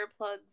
earplugs